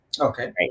Okay